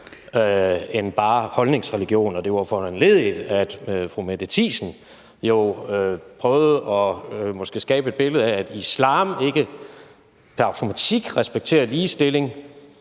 end bare holdningsreligion. Og det var foranlediget af, at fru Mette Thiesen jo måske prøvede at skabe et billede af, at islam ikke pr. automatik respekterer ligestilling,